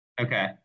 Okay